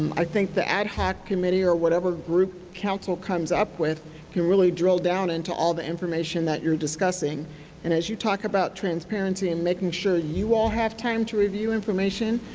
i think the ad hoc committee or whatever group council comes up with can really drill down into all the information that you are discussing and as you talk about transparency and making sure that you all have time to review information,